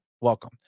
Welcome